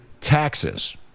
taxes